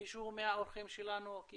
מישהו מהאורחים שלנו רוצה להתייחס?